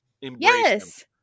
Yes